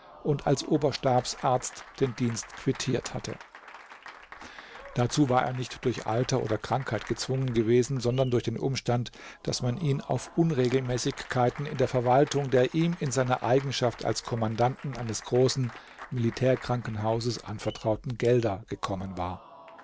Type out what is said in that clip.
und als oberstabsarzt den dienst quittiert hatte dazu war er nicht durch alter oder krankheit gezwungen gewesen sondern durch den umstand daß man ihn auf unregelmäßigkeiten in der verwaltung der ihm in seiner eigenschaft als kommandanten eines großen militärkrankenhauses anvertrauten gelder gekommen war